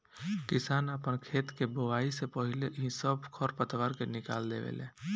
किसान आपन खेत के बोआइ से पाहिले ही सब खर पतवार के निकलवा देवे ले